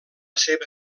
seva